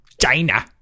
China